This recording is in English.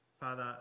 Father